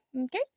Okay